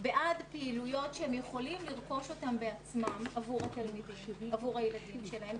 בעד פעילויות שהם יכולים לרכוש בעצמם עבור הילדים שלהם,